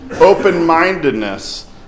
open-mindedness